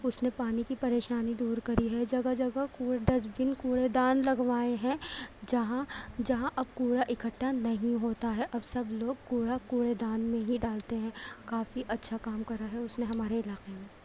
اس نے پانی کی پریشانی دور کری ہے جگہ جگہ کوڑ ڈسٹبن کوڑے دان لگوائے ہیں جہاں جہاں اب کوڑا اکٹھا نہیں ہوتا ہے اب سب لوگ کوڑا کوڑے دان میں ہی ڈالتے ہیں کافی اچھا کام کرا ہے اس نے ہمارے علاقے میں